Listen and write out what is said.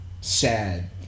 Sad